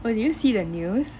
oh did you see the news